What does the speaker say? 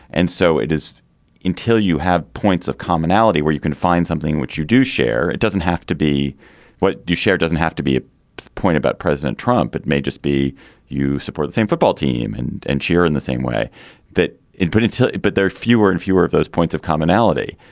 and so it is until you have points of commonality where you can find something which you do share it doesn't have to be what you share it doesn't have to be a point about president trump. it may just be you support the same football team and and cheer in the same way that it put it. but there are fewer and fewer of those points of commonality.